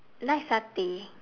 nice satay